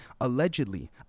Allegedly